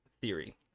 theory